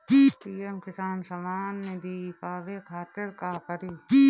PM Kisan Samman Nidhi पावे खातिर का करी?